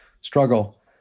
struggle